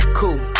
cool